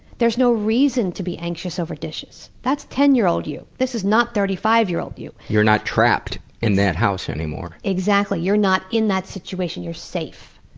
there's no reason to be anxious over dishes. that's ten-year-old you. this is not thirty-five-year-old you. you're not trapped in that house anymore. exactly. you're not in that situation you're safe.